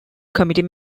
committee